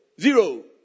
zero